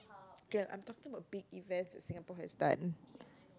Jen I'm talking about big events that Singapore has done